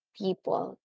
people